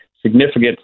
significant